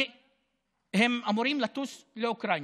הם אמורים לטוס לאוקראינה.